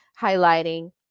highlighting